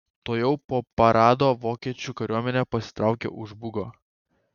tuojau po parado vokiečių kariuomenė pasitraukė už bugo